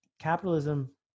capitalism